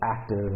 active